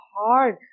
hard